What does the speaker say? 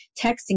texting